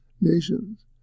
nations